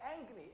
angry